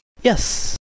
Yes